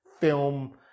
film